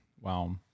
Wow